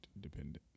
dependent